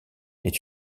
est